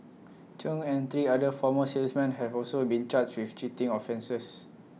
chung and three other former salesmen have also been charged with cheating offences